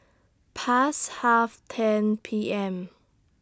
Past Half ten P M